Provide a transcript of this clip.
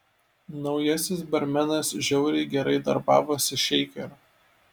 naujasis barmenas žiauriai gerai darbavosi šeikeriu